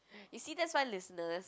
you see that's why listeners